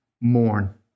mourn